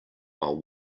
while